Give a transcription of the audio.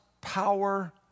power